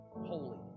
holy